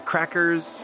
Crackers